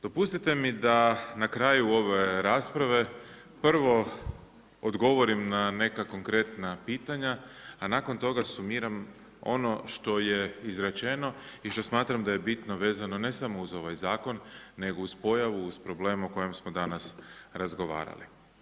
Dopustite mi da na kraju ove rasprave prvo odgovorim na neka konkretna pitanja a nakon toga sumiram ono što je izrečeno i što smatram da je bitno vezano ne samo uz ovaj zakon nego uz pojavu, uz problem o kojem smo danas razgovarali.